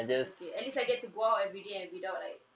it's okay at least I get to go out everyday and without like